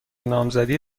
نامزدی